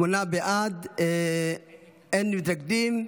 שמונה בעד, אין מתנגדים.